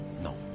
No